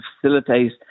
facilitate